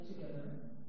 together